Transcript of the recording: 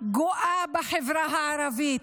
גואים בחברה הערבית.